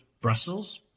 Brussels